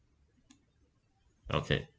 okay